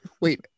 Wait